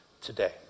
today